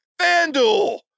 FanDuel